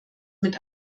mit